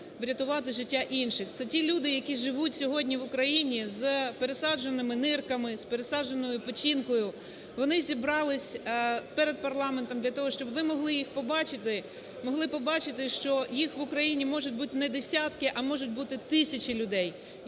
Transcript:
врятувати життя інших. Це ті люди, які живуть сьогодні в Україні з пересадженими нирками, з пересадженою печінкою. Вони зібралися перед парламентом для того, щоб ви могли їх побачити, могли побачити, що їх в Україні може бути не десятки, а можуть бути тисячі людей,